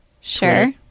Sure